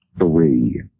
three